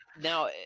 Now